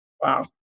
Wow